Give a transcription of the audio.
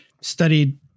studied